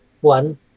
one